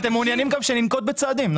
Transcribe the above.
אתם מעוניינים גם שננקוט בצעדים.